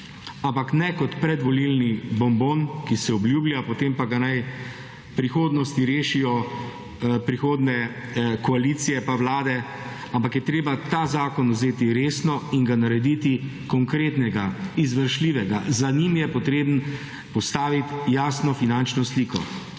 Ampak ne kot predvolilni bonbon, ki se obljublja, potem pa ga naj v prihodnosti rešijo prihodnje koalicije pa vlade, ampak je treba ta zakon vzeti resno in ga narediti konkretnega, izvršljivega. Za njim je potrebno postaviti jasno finančno sliko.